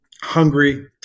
hungry